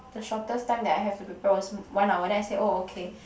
the shortest time that I have to prepare was one hour then I said oh okay